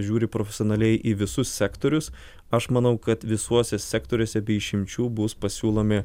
žiūri profesionaliai į visus sektorius aš manau kad visuose sektoriuose be išimčių bus pasiūlomi